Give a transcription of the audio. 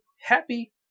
happy